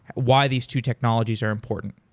why these two technologies are important.